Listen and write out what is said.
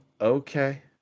okay